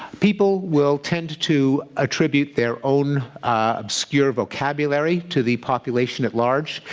people will tend to attribute their own obscure vocabulary to the population at large.